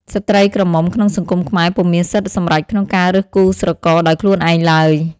ស្ត្រីក្រមុំក្នុងសង្គមខ្មែរពុំមានសិទ្ធិសម្រេចក្នុងការរើសគូស្រករដោយខ្លួនឯងឡើយ ។